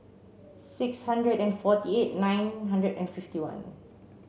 six hundred and forty eight nine hundred and fifty one